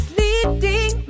leading